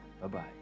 Bye-bye